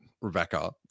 Rebecca